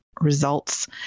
results